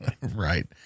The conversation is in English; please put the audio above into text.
Right